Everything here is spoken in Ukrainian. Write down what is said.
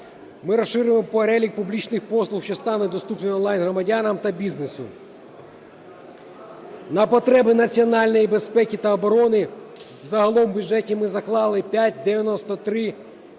Ми розширюємо перелік публічних послуг, що стане доступним онлайн громадянам та бізнесу. На потреби національної безпеки та оборони загалом в бюджеті ми заклали 5,93